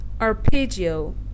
Arpeggio